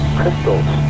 crystals